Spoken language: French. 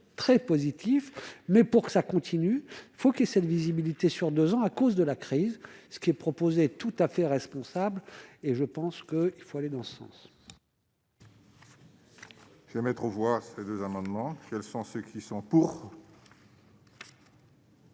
très positif, mais pour ça, continue, faut que cette visibilité sur 2 ans à cause de la crise, ce qui est proposé tout à fait responsable et je pense qu'il faut aller dans ce sens. Je vais mettre aux voix, ces 2 amendements, quels sont ceux qui sont pour.